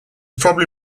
probably